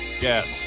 Yes